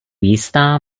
jistá